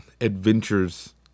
adventures